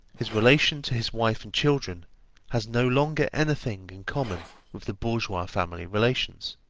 his relation to his wife and children has no longer anything in common with the bourgeois family-relations